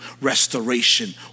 restoration